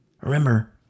remember